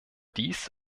dies